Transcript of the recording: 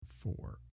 four